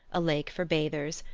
a lake for bathers,